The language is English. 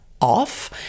off